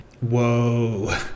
Whoa